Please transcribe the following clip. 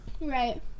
Right